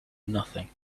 nothing